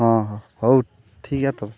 ᱦᱮᱸ ᱦᱮᱸ ᱦᱳ ᱴᱷᱤᱠ ᱜᱮᱭᱟ ᱛᱚᱵᱮ